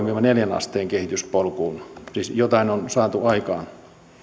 viiva neljään asteen kehityspolkuun siis jotain on saatu aikaan